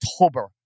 October